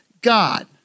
God